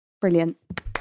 brilliant